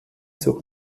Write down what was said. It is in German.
zur